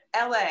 LA